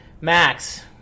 Max